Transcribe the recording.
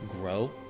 grow